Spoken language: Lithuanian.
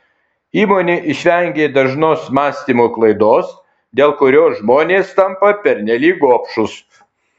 įmonė išvengė dažnos mąstymo klaidos dėl kurios žmonės tampa pernelyg gobšūs